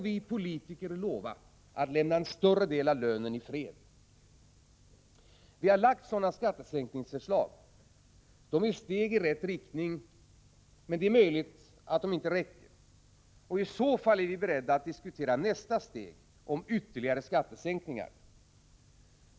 Vi politiker får lova att lämna en större del av lönen i fred. Vi har lagt fram sådana skattesänkningsförslag. De innebär steg i rätt riktning, men det är möjligt att de inte räcker. I så fall är vi beredda att diskutera nästa steg om ytterligare skattesänkningar.